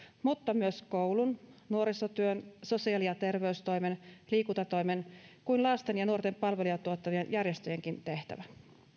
mutta myös koulun nuorisotyön sosiaali ja terveystoimen liikuntatoimen kuin lasten ja nuorten palveluja tuottavien järjestöjenkin tehtävä